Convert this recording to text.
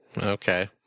Okay